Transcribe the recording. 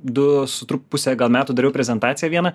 du su tru pusę gal metų dariau prezentaciją vieną